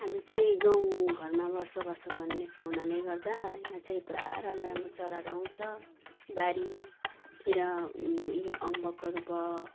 हामी चाहिँ गाउँ घरमा बसोबासो गरेको हुनाले गर्दा यहाँ चाहिँ पुरा राम्रो राम्रो चराहरू आउँछ बारी तिर यो अम्बकहरू भयो